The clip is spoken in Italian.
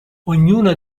ognuna